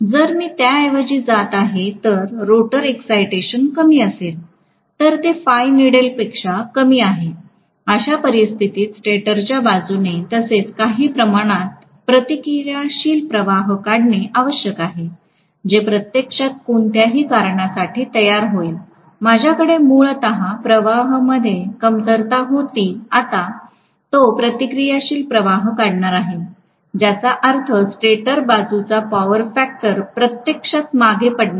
जर मी त्याऐवजी जात आहे जर रोटर एक्साटेशन कमी असेल तर ते Φneeded पेक्षा कमी आहे अशा परिस्थितीत स्टेटरच्या बाजूने तसेच काही प्रमाणात प्रतिक्रियाशील प्रवाह काढणे आवश्यक आहे जे प्रत्यक्षात कोणत्याही कारणासाठी तयार होईल माझ्याकडे मूलतः प्रवाह मध्ये कमतरता होती आता तो प्रतिक्रियाशील प्रवाह काढणार आहे ज्याचा अर्थ स्टेटर बाजूचा पॉवर फॅक्टर प्रत्यक्षात मागे पडणार आहे